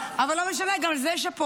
אבל, לא משנה, גם על זה שאפו.